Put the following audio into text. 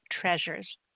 treasures